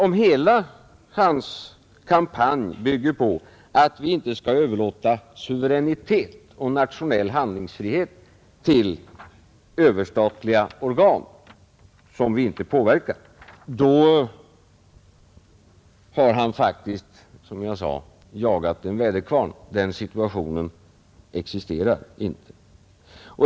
Om hela hans kampanj bygger på att vi inte skall överlåta suveränitet och nationell handlingsfrihet till överstatliga organ, som vi inte påverkar, då har han faktiskt, som jag sade, jagat en väderkvarn; den situationen existerar inte.